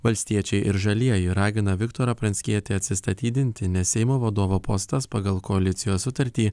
valstiečiai ir žalieji ragina viktorą pranckietį atsistatydinti nes seimo vadovo postas pagal koalicijos sutartį